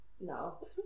No